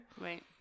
Right